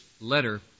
letter